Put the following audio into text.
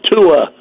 Tua